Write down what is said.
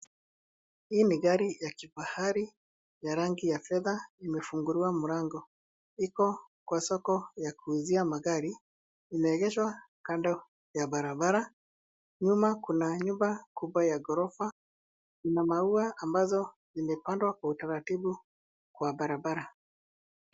Hii ni gari ya kifahari ya rangi ya fedha imefunguliwa mlango. Iko kwa soko ya kuuzia magari. Imeegeshwa kando ya barabara. Nyuma kuna nyumba kubwa ya ghorofa. Kuna maua ambazo zimepandwa kwa utaratibu kwa barabara.